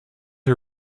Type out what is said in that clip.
her